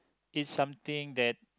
it's something that